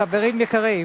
חברים יקרים,